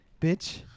Bitch